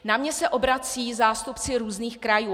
Na mě se obracejí zástupci různých krajů.